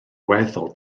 weddol